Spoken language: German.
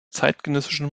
zeitgenössischen